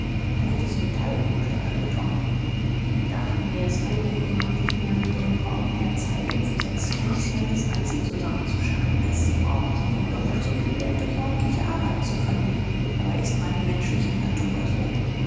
altes metall stotterte tom dacht mir's alle jungen machen sich mehr mühe und brauchen mehr zeit um für sechs pence altes eisen zusammenzuscharren als sie brauchten um doppelt so viel geld durch ordentliche arbeit zu verdienen aber ist mal die menschliche natur so